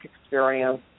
experience